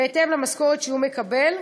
בהתאם למשכורת שהוא מקבל,